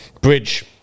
Bridge